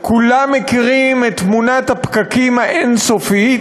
כולם מכירים את תמונת הפקקים האין-סופית,